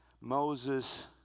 Moses